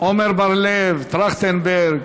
עמר בר-לב, טרכטנברג,